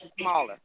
smaller